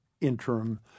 interim